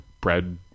bread